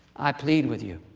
i plead with you.